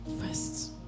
first